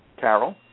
Carol